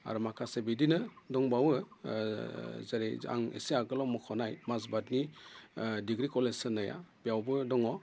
आरो माखासे बिदिनो दंबावो जेरै आं इसे आगोलाव मख'नाय माजबातनि डिग्रि कलेज होननाया बेयावबो दङ